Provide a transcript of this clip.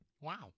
Wow